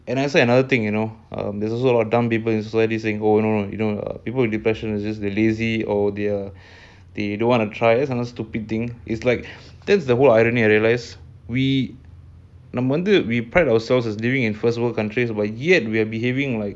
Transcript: and I another thing you know um there's also a lot of dumb people living in society who are saying that you know people with depression are really just lazy oh they don't want to try ya sometimes stupid thing it's like that's the whole irony I realise you know on one hand we pride ourselves as being a first world country and yet we're behaving like